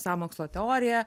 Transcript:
sąmokslo teorija